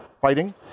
fighting